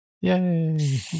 Yay